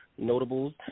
Notables